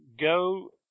go